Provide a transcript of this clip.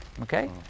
okay